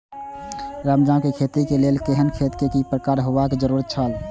राजमा के खेती के लेल केहेन खेत केय प्रकार होबाक जरुरी छल?